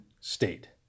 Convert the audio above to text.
state